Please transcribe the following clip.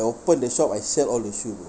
open the shop I sell all the shoe bro